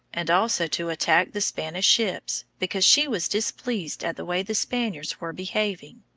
and also to attack the spanish ships, because she was displeased at the way the spaniards were behaving.